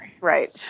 Right